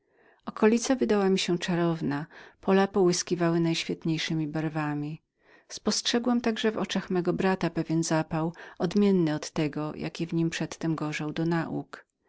okolica wydała mi się czarowną pola połyskiwały najświetniejszemi barwami spostrzegłam także w oczach mego brata pewien zapał odmienny od tego jaki w nim przedtem gorzał do nauk